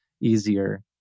easier